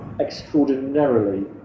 extraordinarily